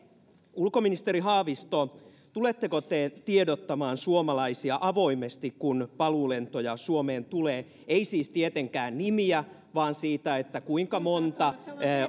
ulkoministeri haavisto tuletteko te tiedottamaan suomalaisia avoimesti kun paluulentoja suomeen tulee ei siis tietenkään nimiä vaan siitä kuinka monta